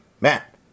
Matt